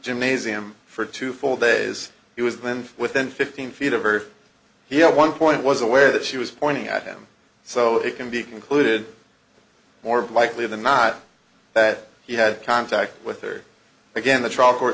gymnasium for two full days he was then within fifteen feet of earth he at one point was aware that she was pointing at him so it can be concluded more likely than not that he had contact with her again the tr